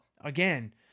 again